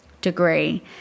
degree